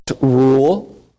rule